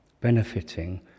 benefiting